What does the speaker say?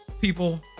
people